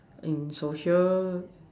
in social